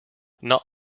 not